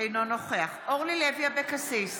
אינו נוכח אורלי לוי אבקסיס,